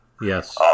Yes